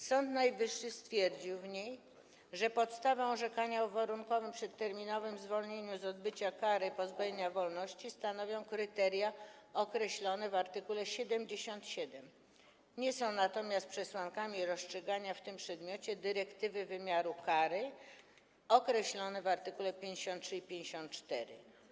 Sąd Najwyższy stwierdził w niej, że podstawę orzekania o warunkowym przedterminowym zwolnieniu z odbycia kary pozbawienia wolności stanowią kryteria określone w art. 77, nie są natomiast przesłankami rozstrzygania w tym przedmiocie dyrektywy wymiaru kary określone w art. 53 i art. 54.